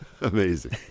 amazing